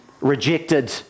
rejected